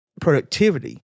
productivity